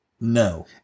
no